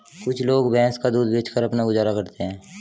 कुछ लोग भैंस का दूध बेचकर अपना गुजारा करते हैं